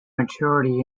maturity